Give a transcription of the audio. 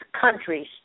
countries